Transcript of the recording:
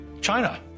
China